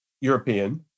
European